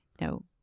No